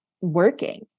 working